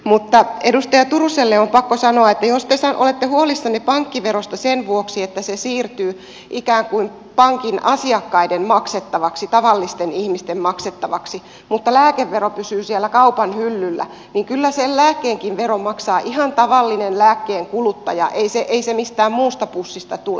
mutta edustaja turuselle on pakko sanoa että jos te olette huolissanne pankkiverosta sen vuoksi että se siirtyy ikään kuin pankin asiakkaiden maksettavaksi tavallisten ihmisten maksettavaksi mutta lääkevero pysyy siellä kaupan hyllyllä niin kyllä sen lääkkeenkin veron maksaa ihan tavallinen lääkkeen kuluttaja ei se mistään muusta pussista tule